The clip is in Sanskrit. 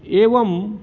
एवं